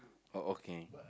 oh okay